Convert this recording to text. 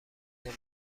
جوجه